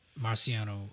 Marciano